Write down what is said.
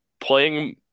playing